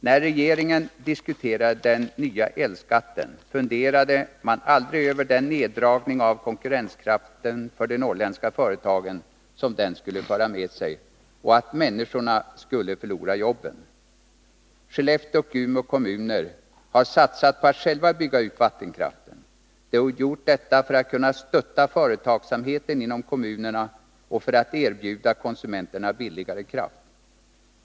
När regeringen diskuterade den nya elskatten funderade man aldrig över den neddragning av konkurrenskraften för de norrländska företagen som den skulle föra med sig och att människor skulle förlora jobben. Skellefteå och Umeå kommuner har satsat på att själva bygga ut vattenkraften. De har gjort detta för att kunna stötta företagsamheten inom kommunerna och för att kunna erbjuda konsumenterna billigare kraft.